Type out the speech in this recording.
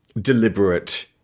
deliberate